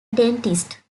dentist